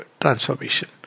transformation